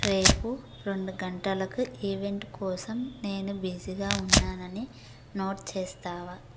రేపు రెండు గంటలకు ఈవెంట్ కోసం నేను బిజీగా ఉన్నానని నోట్ చేస్తావా